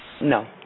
No